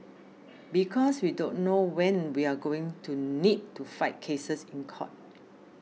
because we don't know when we're going to need to fight cases in court